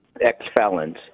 ex-felons